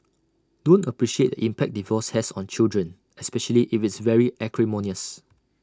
don't appreciate the impact divorce has on children especially if it's very acrimonious